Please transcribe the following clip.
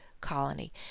colony